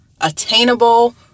attainable